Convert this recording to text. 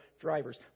drivers